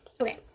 Okay